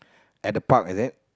at the park is it